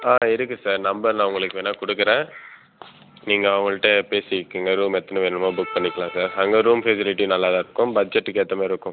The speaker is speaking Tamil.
ஆ இருக்குது சார் நம்பர் நான் உங்களுக்கு வேணால் கொடுக்குறேன் நீங்கள் அவங்ககிட்ட பேசிக்கோங்க ரூம் எத்தனை வேணுமோ புக் பண்ணிக்கலாம் சார் அங்கே ரூம் ஃபெசிலிட்டி நல்லா தான் இருக்கும் பட்ஜெட்டுக்கு ஏற்ற மாதிரி இருக்கும்